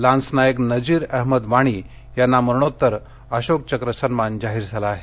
lance Naik Nazir Ahmad Wani यांना मरणोत्तर अशोकचक्र सन्मान जाहीर झाला आहे